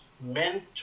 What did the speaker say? meant